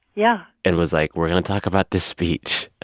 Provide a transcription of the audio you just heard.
yeah. and was like, we're going to talk about this speech?